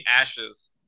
Ashes